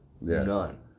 none